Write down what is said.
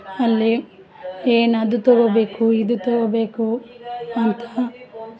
ಅಲ್ಲಿ ಏನು ಅದು ತಗೋಬೇಕು ಇದು ತಗೋಬೇಕು ಅಂತ